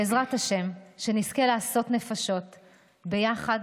בעזרת השם, שנזכה לעשות נפשות ביחד.